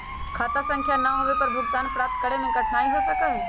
खाता संख्या ना होवे पर भुगतान प्राप्त करे में कठिनाई हो सका हई